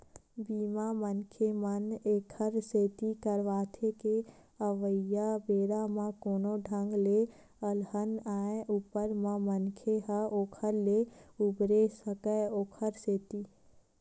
बीमा, मनखे मन ऐखर सेती करवाथे के अवइया बेरा म कोनो ढंग ले अलहन आय ऊपर म मनखे ह ओखर ले उबरे सकय ओखर सेती